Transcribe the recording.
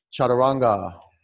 chaturanga